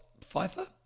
Pfeiffer